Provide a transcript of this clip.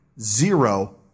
zero